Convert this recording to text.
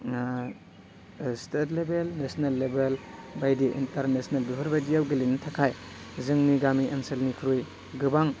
state level national level बायदि international बेफोरबायदियाव गेलेनो थाखाय जोंनि गामि ओनसोलनिख्रुइ गोबां